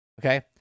okay